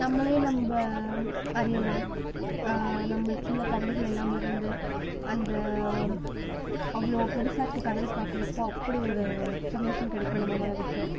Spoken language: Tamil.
நம்மளே நம்ப அறியலாம் நம்பளுக்குள்ளே கவலைகள் எல்லாம் மறந்து அந்த அவ்வளோ பெரிசா இருக்க கடல் பார்க்கறப்போ அப்படி ஒரு சந்தோஷம் கிடைக்கும் நம் மனதுக்கு